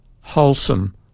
wholesome